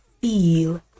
feel